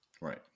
Right